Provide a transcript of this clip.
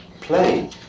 play